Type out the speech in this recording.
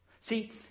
See